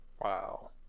wow